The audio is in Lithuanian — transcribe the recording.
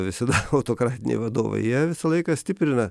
visada autokratiniai vadovai jie visą laiką stiprina